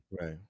Right